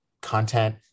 content